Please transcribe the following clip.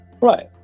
Right